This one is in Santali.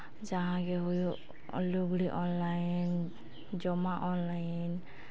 ᱡᱟᱦᱟᱸᱜᱮ ᱦᱩᱭᱩᱜ ᱞᱩᱜᱽᱲᱤ ᱚᱱᱞᱟᱭᱤᱱ ᱡᱚᱢᱟᱜ ᱚᱱᱞᱟᱭᱤᱱ